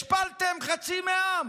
השפלתם חצי מהעם,